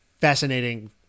fascinating